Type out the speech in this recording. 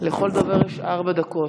לכל דובר יש ארבע דקות.